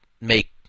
make